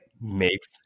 makes